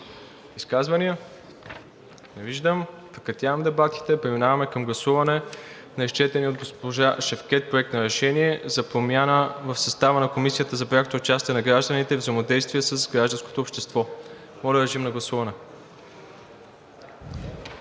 изказвания? Не виждам. Прекратявам дебатите. Преминаваме към гласуване на изчетения от госпожа Шевкед Проект на решение за промяна в състава на Комисията за прякото участие на гражданите и взаимодействието с гражданското общество. Господин Калин